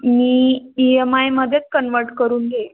मी E M आयमध्येच convert करून घेईन